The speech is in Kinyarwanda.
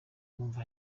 numva